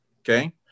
okay